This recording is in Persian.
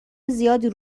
زیادی